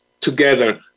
together